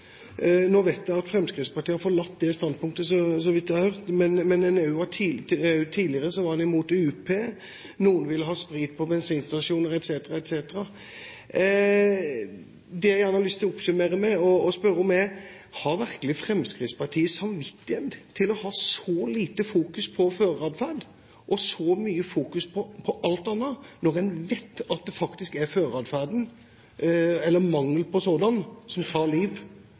Så vidt jeg har hørt, har Fremskrittspartiet forlatt det standpunktet, men tidligere var man imot UP, noen ville ha sprit på bensinstasjoner, etc. Det jeg gjerne har lyst til å oppsummere med og spørre om, er: Har virkelig Fremskrittspartiet samvittighet til å ha så lite fokus på føreratferd og så mye fokus på alt annet når en vet at det faktisk er føreratferden, eller mangel på sådan, som tar liv